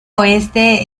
oeste